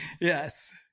Yes